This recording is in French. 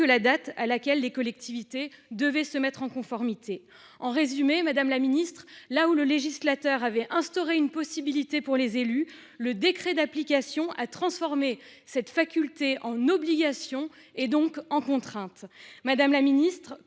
de laquelle les collectivités devaient se mettre en conformité. En résumé, là où le législateur avait instauré une possibilité pour les élus, le décret d’application a transformé cette faculté en obligation, donc en contrainte. Madame la secrétaire